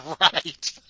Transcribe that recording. right